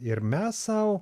ir mes sau